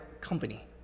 company